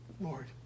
Lord